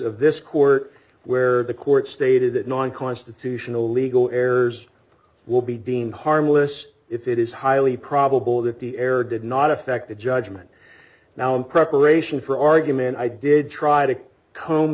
of this court where the court stated that non constitutional legal errors will be deemed harmless if it is highly probable that the error did not affect the judgment now in preparation for argument i did try to com